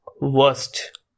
worst